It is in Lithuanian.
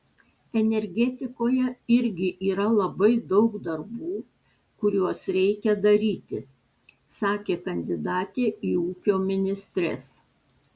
energetikoje irgi yra labai daug darbų kuriuos reikia daryti sakė kandidatė į ūkio ministres